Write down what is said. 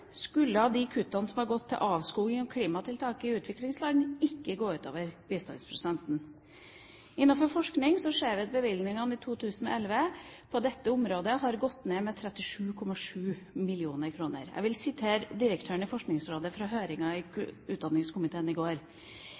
klimatiltak, i utviklingsland skulle ikke gå ut over bistandsprosenten. Innenfor forskning ser vi at bevilgningene i 2011 på dette området har gått ned med 37,7 mill. kr. Forskningsrådet beklaget i høringen i